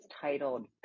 titled